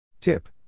Tip